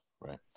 right